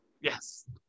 Yes